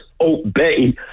obey